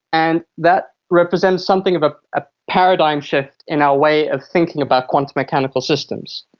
and that represents something of a ah paradigm shift in our way of thinking about quantum mechanical systems.